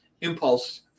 impulse